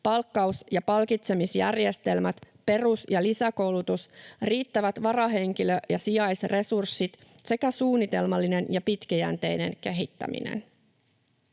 palkkaus- ja palkitsemisjärjestelmät, perus- ja lisäkoulutus, riittävät varahenkilö- ja sijaisresurssit sekä suunnitelmallinen ja pitkäjänteinen kehittäminen.